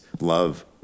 love